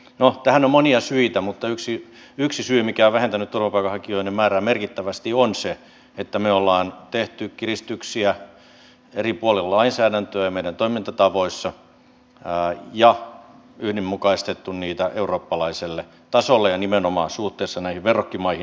no tähän on monia syitä mutta yksi syy mikä on vähentänyt turvapaikanhakijoiden määrää merkittävästi on se että me olemme tehneet kiristyksiä eri puolilla lainsäädäntöä ja meidän toimintatavoissamme ja yhdenmukaistaneet niitä eurooppalaiselle tasolle ja nimenomaan suhteessa näihin verrokkimaihin